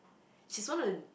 she's oen of the